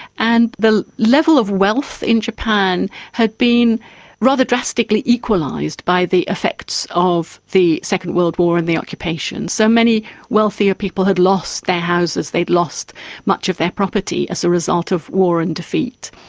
and the level of wealth in japan had been rather drastically equalised by the effects of the second world war and the occupation. so, many wealthier people had lost their houses, they'd lost much of their property as a result of war and defeat.